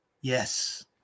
yes